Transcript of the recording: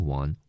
one